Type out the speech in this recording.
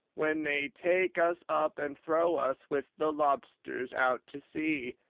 when they take us up and throw us, with the lobsters, out to sea!